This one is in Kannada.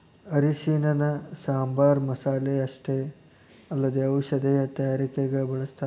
ಅರಿಶಿಣನ ಸಾಂಬಾರ್ ಮಸಾಲೆ ಅಷ್ಟೇ ಅಲ್ಲದೆ ಔಷಧೇಯ ತಯಾರಿಕಗ ಬಳಸ್ಥಾರ